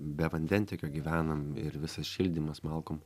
be vandentiekio gyvenam ir visas šildymas malkom